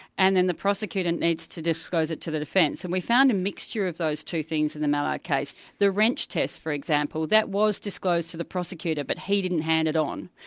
and then the prosecutor needs to disclose it to the defence. and we found a mixture of those two things in the mallard case. the wrench test, for example, that was disclosed to the prosecutor, but he didn't hand it on.